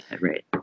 right